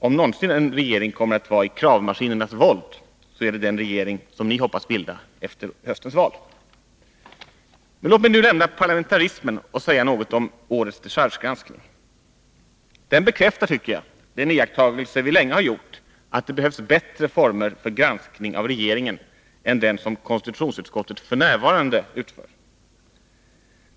Om någonsin en regering kommer att vara i kravmaskinernas våld, så är det den regering som ni hoppas bilda efter höstens val. Låt mig nu lämna parlamentarismen och säga något om årets dechargegranskning. Den bekräftar, tycker jag, den iakttagelse vi länge har gjort att det för granskningen av regeringen behövs bättre former än de som f. n. finns.